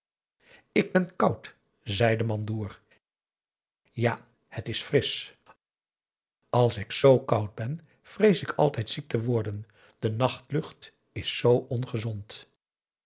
ik ben koud zei de mandoer ja het is frisch als ik zoo koud ben vrees ik altijd ziek te worden de nachtlucht is zoo ongezond